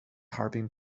harbin